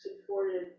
supported